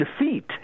defeat